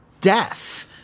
death